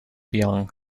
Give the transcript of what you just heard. young